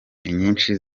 inyinshi